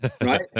right